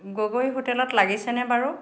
গগৈ হোটেলত লাগিছেনে বাৰু